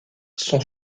son